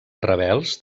rebels